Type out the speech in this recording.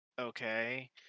okay